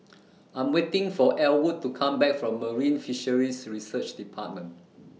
I'm waiting For Elwood to Come Back from Marine Fisheries Research department